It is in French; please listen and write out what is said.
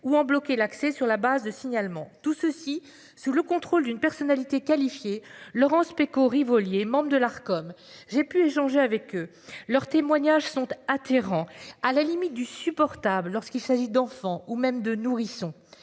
ou en bloquer l'accès sur la base de signalements tout ceci sous le contrôle d'une personnalité qualifiée Laurence pécho Rivolier membre de l'art comme j'ai pu échanger avec eux leurs témoignages sont attirants. À la limite du supportable lorsqu'il s'agit d'enfants ou même de nourrissons.